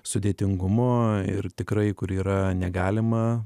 sudėtingumo ir tikrai kur yra negalima